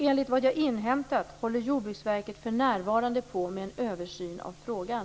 Enligt vad jag har inhämtat håller Jordbruksverket för närvarande på med en översyn av frågan.